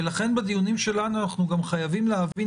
ולכן בדיונים שלנו אנחנו גם חייבים להבין